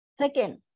Second